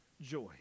joy